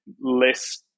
less